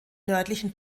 nördlichen